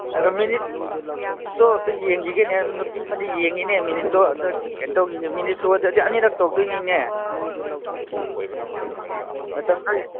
ꯑꯗꯨ ꯃꯤꯅꯤꯠꯇꯨ ꯑꯝꯇ ꯌꯦꯡꯒꯤꯒꯦꯅꯦꯍꯦ ꯅꯨꯄꯤ ꯑꯃꯗꯤ ꯌꯦꯡꯉꯤꯅꯦ ꯃꯤꯅꯤꯠꯇꯣ ꯑꯗꯨ ꯀꯩꯅꯣ ꯇꯧꯁꯤꯅꯦ ꯃꯤꯅꯤꯠ ꯁꯨꯒ꯭ꯔꯗꯤ ꯑꯗꯨ ꯑꯅꯤꯔꯛ ꯇꯧꯗꯣꯏꯅꯤꯅꯦ ꯃꯇꯝ ꯂꯣꯏ